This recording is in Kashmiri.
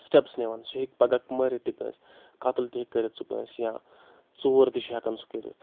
سٹیپٕس نِوان سُہ ہیٚکہِ پگاہ مٲرِتھ تہِ کٲنٛسہِ قتٕل تہِ ہیٚکہِ کٔرِتھ سُہ کٲنٛسہِ یا ژور تہِ چھُ ہؠکان سُہ کٔرِتھ